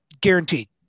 guaranteed